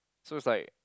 so it's like